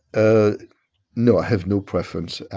ah no, i have no preference.